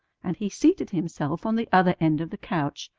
and he seated himself on the other end of the couch,